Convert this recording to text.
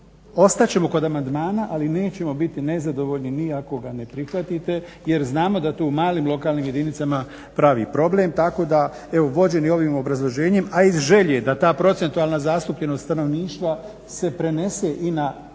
ostat ćemo kod amandmana ali nećemo biti nezadovoljni ni ako ga ne prihvatite jer znamo da to u malim lokalnim jedinicama pravi problem. tako da evo vođeni ovim obrazloženjem, a iz želje da ta procentualna zastupljenost stanovništva se prenese i na